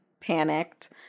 panicked